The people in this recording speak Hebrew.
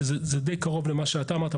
וזה די קרוב למה שאתה אמרת,